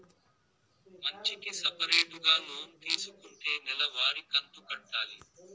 మంచికి సపరేటుగా లోన్ తీసుకుంటే నెల వారి కంతు కట్టాలి